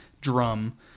Drum